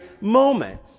moment